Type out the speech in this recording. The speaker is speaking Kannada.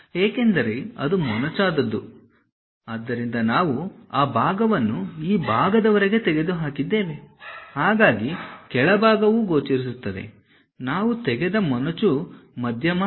ಏಕೆಂದರೆ ಅದು ಮೊನಚಾದದ್ದು ಆದ್ದರಿಂದ ನಾವು ಆ ಭಾಗವನ್ನು ಈ ಭಾಗದವರೆಗೆ ತೆಗೆದುಹಾಕಿದ್ದೇವೆ ಹಾಗಾಗಿ ಕೆಳಭಾಗವು ಗೋಚರಿಸುತ್ತದೆ ನಾವು ತೆಗೆದ ಮೊನಚು ಮಧ್ಯ ಮಾತ್ರ